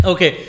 Okay